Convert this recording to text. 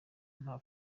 nta